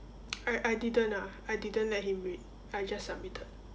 I I didn't ah I didn't let him read I just submitted